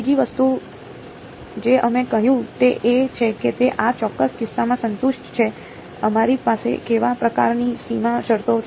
બીજી વસ્તુ જે અમે કહ્યું તે એ છે કે તે આ ચોક્કસ કિસ્સામાં સંતુષ્ટ છે અમારી પાસે કેવા પ્રકારની સીમા શરતો છે